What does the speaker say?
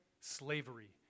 slavery